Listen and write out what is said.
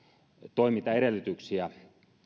toimintaedellytyksiä